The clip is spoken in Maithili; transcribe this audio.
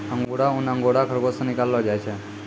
अंगुरा ऊन अंगोरा खरगोस से निकाललो जाय छै